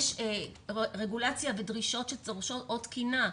יש רגולציה ודרישות שדורשות עוד תקינה,